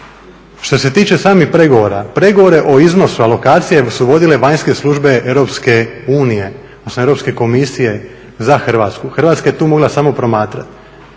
Što se tiče samih pregovora, pregovore o iznosu alokacije su vodile vanjske službe Europske unije, odnosno Europske komisije za Hrvatsku. Hrvatska je tu mogla samo promatrati